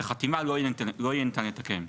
את החתימה לא יהיה ניתן לתקן.